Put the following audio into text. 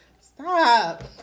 Stop